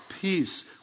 peace